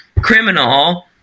criminal